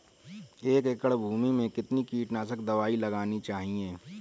एक एकड़ भूमि में कितनी कीटनाशक दबाई लगानी चाहिए?